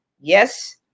Yes